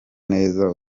neza